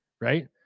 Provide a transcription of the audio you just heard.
right